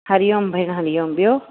हरिओम भेण हरिओम ॿियो